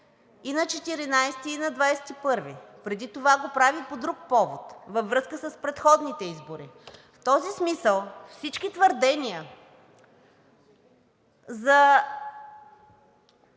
и на 14-и и на 21-ви. Преди това го прави по друг повод – във връзка с предходните избори. В този смисъл всички твърдения за